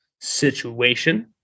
situation